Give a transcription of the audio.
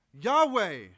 Yahweh